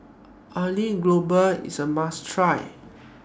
Aloo Gobi IS A must Try